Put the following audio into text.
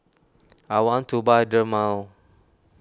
I want to buy Dermale